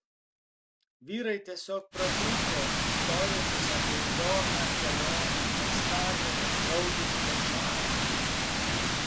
vyrai tiesiog pratrūko istorijomis apie įdomią kelionę nuostabią ir draugišką šalį